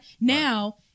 now